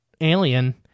alien